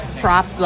prop